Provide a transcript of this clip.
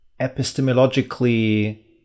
epistemologically